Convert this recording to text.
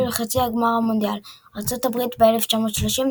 לחצי גמר המונדיאל ארצות הברית ב-1930,